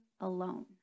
alone